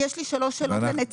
יש לי שלוש שאלות לנציבות.